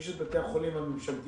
יש את בתי החולים הממשלתיים,